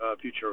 future